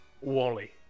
Wally